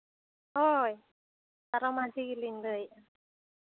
ᱦᱳᱭ ᱥᱟᱨᱚ ᱢᱟᱹᱡᱷᱤ ᱜᱮᱞᱤᱧ ᱞᱟᱹᱭ ᱮᱜᱼᱟ